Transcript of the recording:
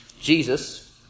Jesus